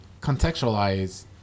Contextualize